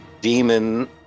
demon